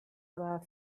aber